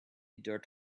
dirt